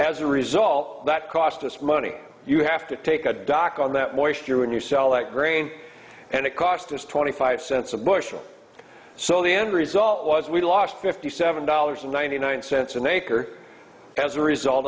as a result that cost us money you have to take a dock on that moisture when you sell that grain and it cost us twenty five cents a bushel so the end result was we lost fifty seven dollars and ninety nine cents an acre as a result